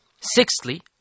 Sixthly